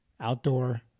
outdoor